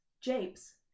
japes